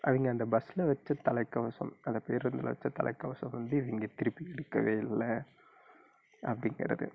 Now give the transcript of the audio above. அவங்க அந்த பஸ்ஸில் வைச்ச தலைக்கவசம் அந்த பேருந்தில் வைச்ச தலைக்கவசத்தை வந்து இவங்க திருப்பி எடுக்கவே இல்லை அப்டிங்கிறது